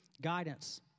guidance